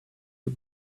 you